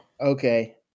Okay